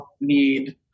need